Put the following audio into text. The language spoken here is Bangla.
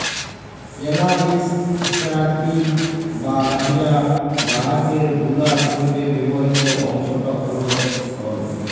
ক্যালাবিস স্যাটাইভ বা গাঁজা গাহাচের বুলা শিল্পে ব্যাবহিত অংশট হ্যল সল